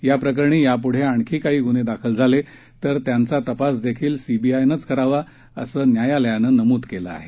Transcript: या प्रकरणी यापुढं आणखी काही गुन्हे दाखल झाले तर त्यांचा तपासही सीबीआयनंच करावा असं न्यायालयानं नमूद केलं आहे